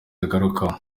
agarukaho